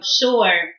sure